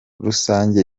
rusange